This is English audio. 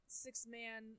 six-man